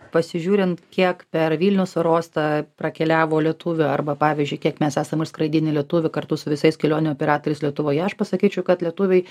pasižiūrint kiek per vilniaus oro uostą prakeliavo lietuvių arba pavyzdžiui kiek mes esam išskraidinę lietuvių kartu su visais kelionių operatoriais lietuvoje aš pasakyčiau kad lietuviai